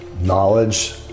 knowledge